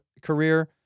career